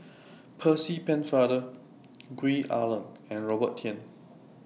Percy Pennefather Gwee Ah Leng and Robert Tan